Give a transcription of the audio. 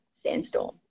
sandstorm